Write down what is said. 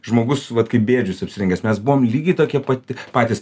žmogus vat kaip bėdžius apsirengęs mes buvom lygiai tokie pat patys